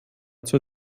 zur